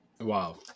Wow